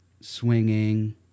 swinging